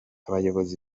abayobozi